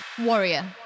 warrior